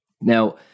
Now